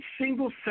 single